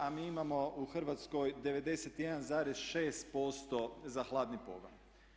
A mi imamo u Hrvatskoj 91,6% za hladni pogon.